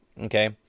Okay